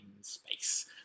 space